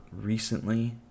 recently